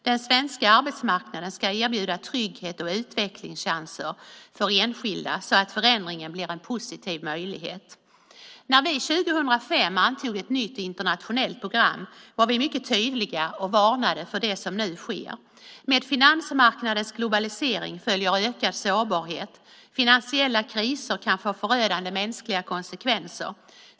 Den svenska arbetsmarknaden ska erbjuda trygghet och utvecklingschanser för enskilda, så att förändringen blir en positiv möjlighet. När vi 2005 antog ett nytt internationellt program var vi mycket tydliga och varnade för det som nu sker: Med finansmarknadernas globalisering följer ökad sårbarhet. Finansiella kriser kan få förödande mänskliga konsekvenser.